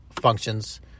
functions